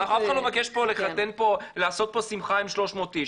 אף אחד לא מבקש לעשות פה שמחה עם 300 איש,